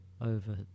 over